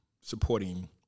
supporting